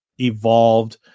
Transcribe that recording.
evolved